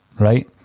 right